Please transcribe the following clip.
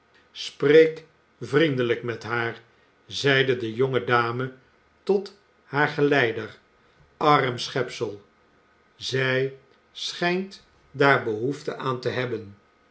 spreek vriendelijk met haar zeide de jonge dame tot haar geleider arm schepsel zij schijnt daar behoefte aan te hebben